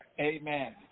Amen